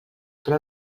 però